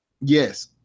Yes